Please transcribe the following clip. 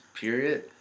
period